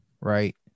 right